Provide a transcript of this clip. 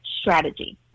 strategy